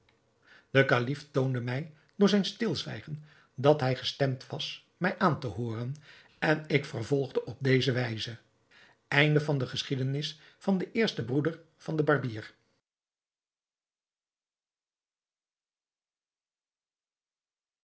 de kalif toonde mij door zijn stilzwijgen dat hij gestemd was mij aan te hooren en ik vervolgde op deze wijze geschiedenis van den tweeden broeder van den barbier